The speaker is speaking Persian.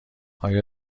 آیا